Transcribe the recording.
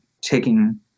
taking